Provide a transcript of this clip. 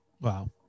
Wow